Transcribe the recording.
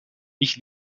ich